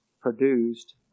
produced